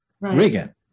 Reagan